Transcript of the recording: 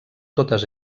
totes